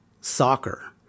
soccer